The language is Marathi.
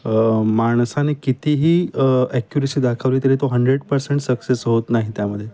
माणसाने कितीही ॲक्श दाखवली तरी तो हंड्रेड पर्सेंट सक्सेस होत नाही त्यामधे